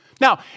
Now